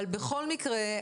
אבל בכל מקרה,